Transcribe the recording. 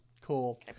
Cool